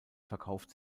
verkauft